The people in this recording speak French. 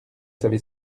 savez